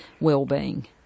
well-being